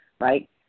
right